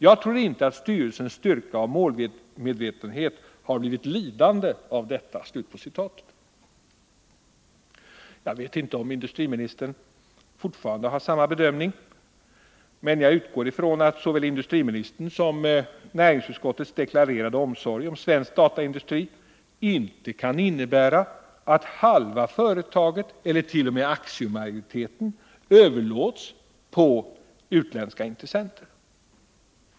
Jag tror inte att styrelsens styrka och målmedvetenhet har blivit lidande av detta.” Jag vet inte om industriministern fortfarande gör samma bedömning, men utgår ifrån att såväl industriministerns som näringsutskottets deklarerade omsorg om svensk dataindustri inte kan innebära att halva företaget, eller t.o.m. aktiemajoriteten, överlåts på utländska intressenter.